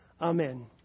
Amen